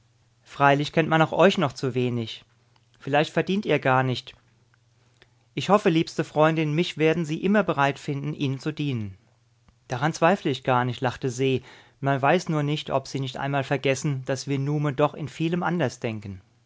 freilich kennt man euch auch noch zu wenig vielleicht verdient ihr gar nicht ich hoffe liebste freundin mich werden sie immer bereit finden ihnen zu dienen daran zweifle ich gar nicht lachte se man weiß nur nicht ob sie nicht einmal vergessen daß wir nume doch in vielem anders denken